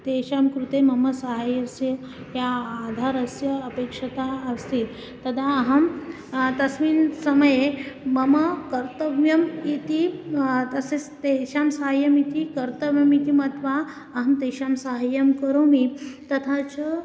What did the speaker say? तेषां कृते मम सहाय्यस्य या आधारस्य अपेक्षा अस्ति तदा अहं तस्मिन् समये मम कर्तव्यम् इति तस्य तेषां सहाय्यम् इति कर्तव्यम् इति मत्वा अहं तेषां सहाय्यं करोमि तथा च